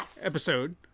episode